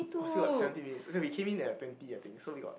oh still got seventeen minutes okay we came in at like twenty I think so we got